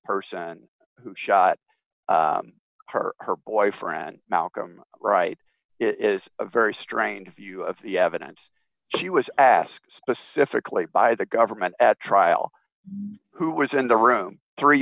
person who shot her her boyfriend malcolm wright is a very strange view of the evidence she was asked specifically by the government at trial who was in the room three